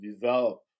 develop